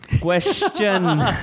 Question